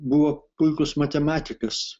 buvo puikus matematikas